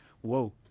whoa